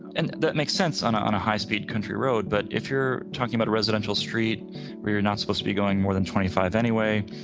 and that makes sense on on a high-speed country road. but if you're talking about a residential street where you're not supposed to be going more than twenty five anyway,